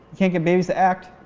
can't get babies to act.